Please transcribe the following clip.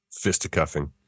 fisticuffing